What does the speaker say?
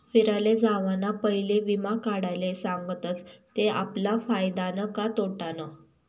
फिराले जावाना पयले वीमा काढाले सांगतस ते आपला फायदानं का तोटानं